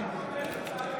תוצאות ההצבעה: